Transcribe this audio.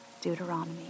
Deuteronomy